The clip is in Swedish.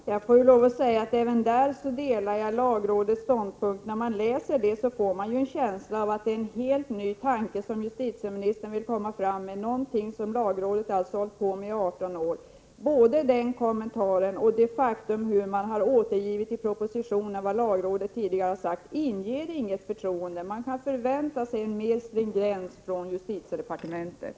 Herr talman! Jag får lov att säga att jag även där delar lagrådets ståndpunkt. När man läser propositionen får man en känsla av att det är en helt ny tanke som justitieministern vill komma fram med, någonting som lagrådet alltså har hållit på med i 18 år. Den kommentaren och det sätt på vilket man i propositionen har återgivit lagrådets tidigare yttranden inger inget förtroende. Man kan förvänta sig större stringens från justitiedepartementet.